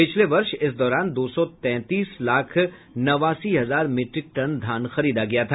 पिछले वर्ष इस दौरान दो सौ तैंतीस लाख नवासी हजार मीट्रिक टन धान खरीदा गया था